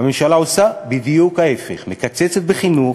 הממשלה עושה בדיוק ההפך מקצצת בחינוך,